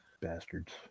bastards